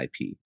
IP